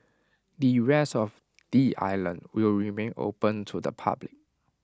the rest of the island will remain open to the public